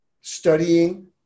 studying